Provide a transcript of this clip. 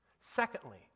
Secondly